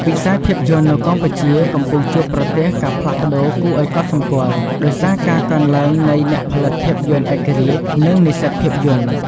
វិស័យភាពយន្តនៅកម្ពុជាកំពុងជួបប្រទះការផ្លាស់ប្តូរគួរឱ្យកត់សម្គាល់ ដោយសារការកើនឡើងនៃ អ្នកផលិតភាពយន្តឯករាជ្យ និងនិស្សិតភាពយន្ត។